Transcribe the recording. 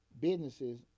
businesses